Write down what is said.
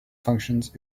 functions